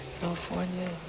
California